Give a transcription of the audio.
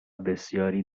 بسیاری